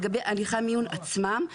לגבי הליכי המיון עצמם,